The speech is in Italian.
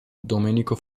domenico